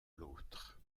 l’autre